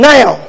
Now